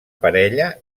parella